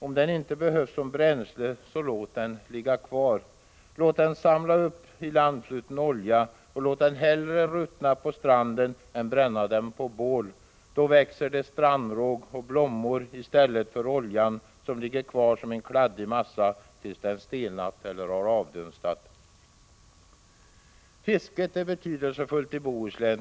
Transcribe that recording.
Om den inte behövs som bränsle, så låt den ligga kvar! Låt den samla upp ilandfluten olja. Det är bättre att låta den ruttna på stranden än att bränna den på bål. Då växer det strandråg och blommor. Då slipper vi oljan, som ligger kvar som en kladdig massa tills den har stelnat eller avdunstat. Fisket är betydelsefullt i Bohuslän.